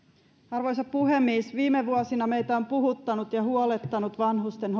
arvoisa puhemies viime vuosina meitä on puhuttanut ja huolettanut vanhusten